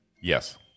Yes